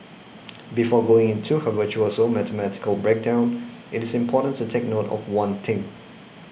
before going into her virtuoso mathematical breakdown it is important to take note of one thing